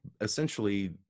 essentially